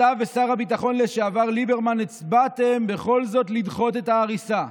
אתה ושר הביטחון לשעבר ליברמן הצבעתם בכל זאת לדחות את ההריסה.